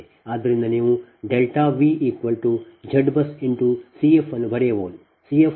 ಆದ್ದರಿಂದ ನೀವು ΔV Z BUS C f ಅನ್ನು ಬರೆಯಬಹುದು